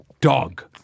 dog